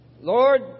Lord